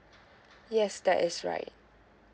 yes that is right